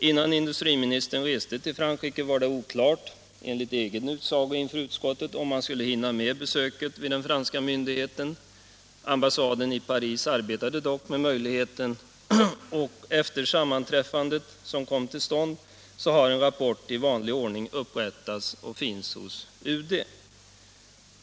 Innan industriministern reste till Frankrike var det enligt egen utsago inför utskottet oklart om han skulle hinna med besöket hos den franska myndigheten. Ambassaden i Paris arbetade dock med möjligheten, och efter det sammanträffande som kom till stånd har en rapport i vanlig ordning upprättats och finns hos UD.